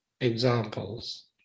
examples